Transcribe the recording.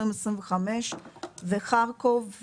20,000 25,000 וחרקוב,